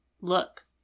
look